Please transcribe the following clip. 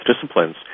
disciplines